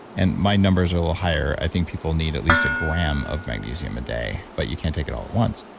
and my numbers are a little higher. i think people need at least a gram of magnesium a day, but you can't take it all at once.